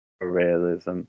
realism